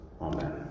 Amen